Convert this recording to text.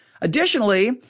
Additionally